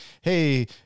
hey